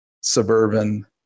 suburban